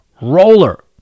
roller